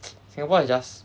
singapore is just